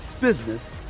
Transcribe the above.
business